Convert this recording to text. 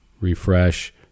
refresh